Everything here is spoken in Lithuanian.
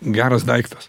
geras daiktas